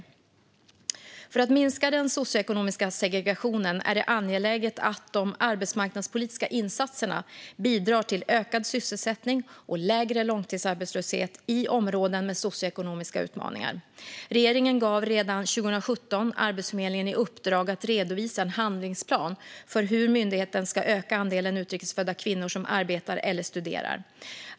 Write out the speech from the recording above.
Svar på interpellation För att minska den socioekonomiska segregationen är det angeläget att de arbetsmarknadspolitiska insatserna bidrar till ökad sysselsättning och lägre långtidsarbetslöshet i områden med socioekonomiska utmaningar. Regeringen gav redan 2017 Arbetsförmedlingen i uppdrag att redovisa en handlingsplan för hur myndigheten ska öka andelen utrikesfödda kvinnor som arbetar eller studerar.